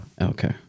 Okay